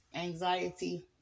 anxiety